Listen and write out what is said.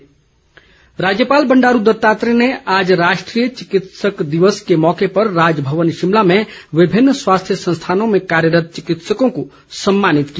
राज्यपाल राज्यपाल बंडारू दत्तात्रेय ने आज राष्ट्रीय विकित्सक दिवस के मौके पर राजभवन शिमला में विभिन्न स्वास्थ्य संस्थानों में कार्यरत चिकित्सकों को सम्मानित किया